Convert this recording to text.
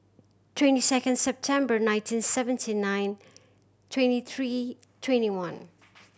twenty second September nineteen seventy nine twenty three twenty one